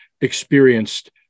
experienced